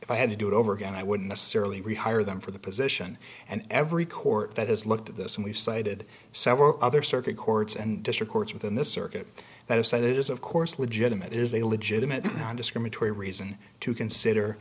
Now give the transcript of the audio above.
if i had to do it over again i wouldn't necessarily rehire them for the position and every court that has looked at this and we've cited several other circuit courts and district courts within this circuit that have said it is of course legitimate is a legitimate nondiscriminatory reason to consider